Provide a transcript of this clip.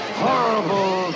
horrible